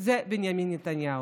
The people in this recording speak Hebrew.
זה בנימין נתניהו.